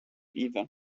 either